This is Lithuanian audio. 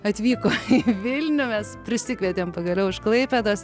atvyko į vilnių mes prisikvietėm pagaliau iš klaipėdos